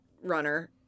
runner